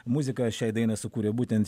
muziką šiai dainai sukūrė būtent